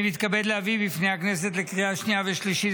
אני מתכבד להביא בפני הכנסת לקריאה שנייה ושלישית